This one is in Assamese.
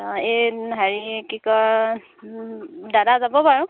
অঁ এই হেৰি কি কয় দাদা যাব বাৰু